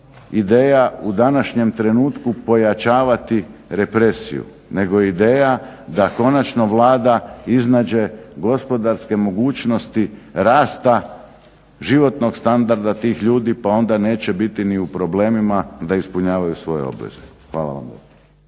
ideja u današnjem trenutku pojačavati represiju, nego je ideja da konačno Vlada iznađe gospodarske mogućnosti rasta životnog standarda tih ljudi pa onda neće biti ni u problemima da ispunjavaju svoje obveze. Hvala vam.